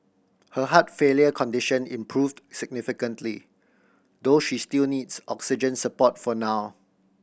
her heart failure condition improved significantly though she still needs oxygen support for now